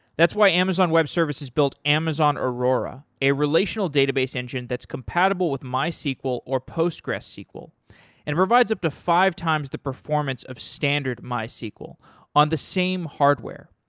that's why amazon web services built amazon aurora a relational database engine that's compatible with mysql or postgresql and provides up to five times the performance of standard mysql on the same hardware.